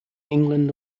england